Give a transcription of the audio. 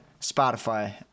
Spotify